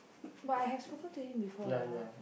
but I have spoken to him before you know